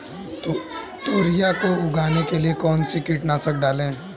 तोरियां को उगाने के लिये कौन सी कीटनाशक डालें?